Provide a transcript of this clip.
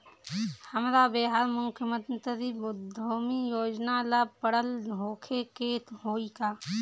हमरा बिहार मुख्यमंत्री उद्यमी योजना ला पढ़ल होखे के होई का?